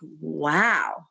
wow